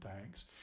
thanks